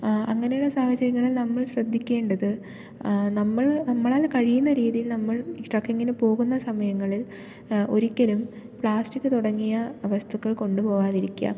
അങ്ങനെയുള്ള സാഹചര്യങ്ങളിൽ നമ്മൾ ശ്രദ്ധിക്കേണ്ടത് നമ്മൾ നമ്മളാൽ കഴിയുന്ന രീതിയിൽ നമ്മൾ ട്രക്കിങ്ങിനു പോകുന്ന സമയങ്ങളിൽ ഒരിക്കലും പ്ലസ്റ്റിക്ക് തുടങ്ങിയ വസ്തുക്കൾ കൊണ്ട് പോകാതിരിക്കുക